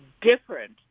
different